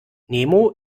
nemo